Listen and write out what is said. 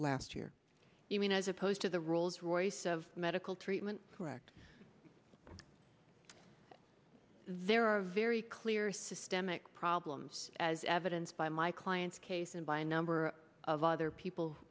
last year even as opposed to the rolls royce of medical treatment correct there are very clear systemic problems as evidence by my my client's case and by a number of other people